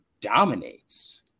dominates